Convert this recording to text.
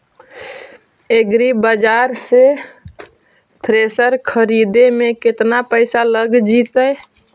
एग्रिबाजार से थ्रेसर खरिदे में केतना पैसा लग जितै?